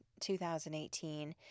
2018